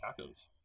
tacos